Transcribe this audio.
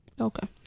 Okay